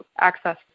access